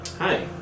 Hi